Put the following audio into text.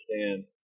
understand